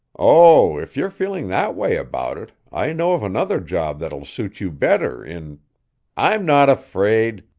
oh, if you're feeling that way about it, i know of another job that will suit you better in i'm not afraid,